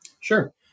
Sure